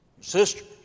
Sisters